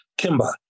Kimba